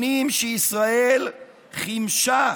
שנים שישראל חימשה